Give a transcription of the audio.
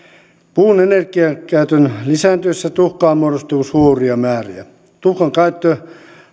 puun energiakäytön lisääntyessä tuhkaa muodostuu suuria määriä tuhkan käyttö